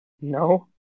No